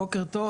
בוקר טוב.